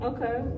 Okay